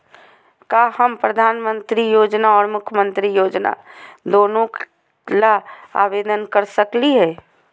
का हम प्रधानमंत्री योजना और मुख्यमंत्री योजना दोनों ला आवेदन कर सकली हई?